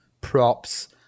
props